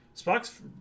Spock's